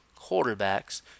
quarterbacks